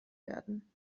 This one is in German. werden